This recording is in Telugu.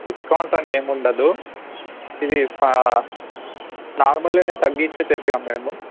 డిస్కౌంట్ అని ఏమి ఉండదు ఇది ఫా నార్మల్లో తగ్గించే చెప్పాం మేము